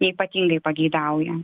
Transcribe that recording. neypatingai pageidauja